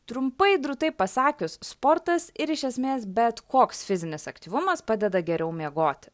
trumpai drūtai pasakius sportas ir iš esmės bet koks fizinis aktyvumas padeda geriau miegoti